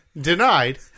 denied